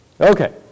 Okay